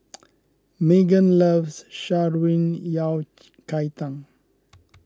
Meggan loves Sha Ruin Yao Cai Tang